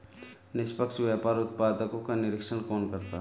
निष्पक्ष व्यापार उत्पादकों का निरीक्षण कौन करता है?